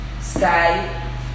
Sky